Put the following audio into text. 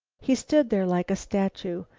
he stood there like a statue,